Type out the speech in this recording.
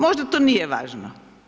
Možda to nije važno.